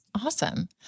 awesome